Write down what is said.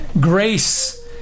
grace